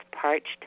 parched